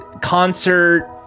concert